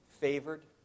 favored